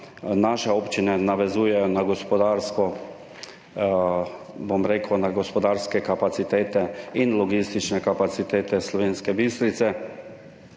naše občine navezujejo na gospodarske kapacitete in logistične kapacitete Slovenske Bistrice,